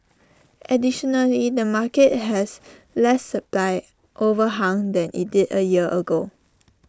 additionally the market has less supply overhang than IT did A year ago